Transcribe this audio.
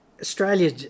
Australia